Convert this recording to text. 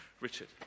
Richard